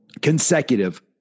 Consecutive